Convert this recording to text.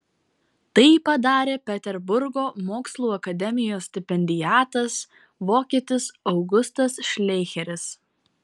tai padarė peterburgo mokslų akademijos stipendiatas vokietis augustas šleicheris